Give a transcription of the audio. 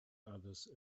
others